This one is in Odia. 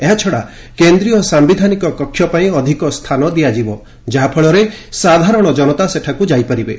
ଏହାଛଡ଼ା କେନ୍ଦ୍ରୀୟ ସାମ୍ଘିଧାନିକ କକ୍ଷପାଇଁ ଅଧିକ ସ୍ଥାନ ଦିଆଯିବ ଯାହାଫଳରେ ସାଧାରଣ ଜନତା ସେଠାକୁ ଯାଇପାରିବେ